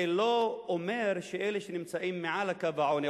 זה לא אומר שאלה שנמצאים מעל קו העוני,